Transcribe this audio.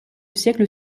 siècle